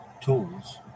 tools